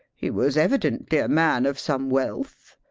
he was evidently a man of some wealth.